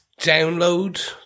download